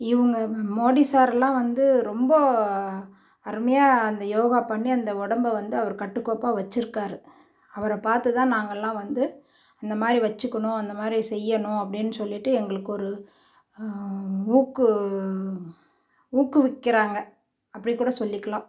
இவங்க மோடி சாரெலாம் வந்து ரொம்ப அருமையாக அந்த யோகா பண்ணி அந்த உடம்பை வந்து அவர் கட்டுக்கோப்பாக வைச்சிருக்காரு அவரை பார்த்து தான் நாங்கெல்லாம் வந்து அந்த மாதிரி வைச்சுக்கணும் அந்த மாதிரி செய்யணும் அப்படின்னு சொல்லிவிட்டு எங்களுக்கு ஒரு ஊக்கு ஊக்குவிக்கிறாங்க அப்படிக்கூட சொல்லிக்கலாம்